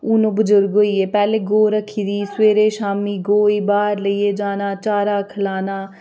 हून ओह् बजुर्ग होई गे पैह्लें गौ रक्खी दी ही सवेरे शामी गौ ई बाह्र लेइयै जाना चारा खलाना